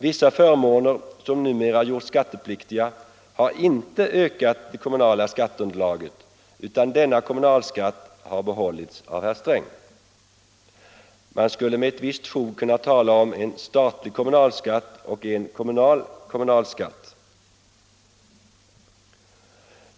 Vissa förmåner som numera gjorts skattepliktiga har inte ökat det kommunala skatteunderlaget, utan denna kommunalskatt har behållits av herr Sträng. Man skulle med ett visst fog kunna tala om en ”statlig kommunalskatt” och en ”kommunal kommunalskatt”.